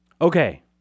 Okay